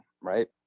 right